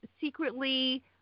secretly